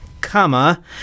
comma